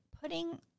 putting